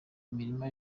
imirima